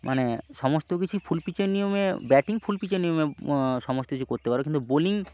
মানে সমস্ত কিছু ফুল পিচের নিয়মে ব্যাটিং ফুল পিচের নিয়মে সমস্ত কিছু করতে পারো কিন্তু বোলিং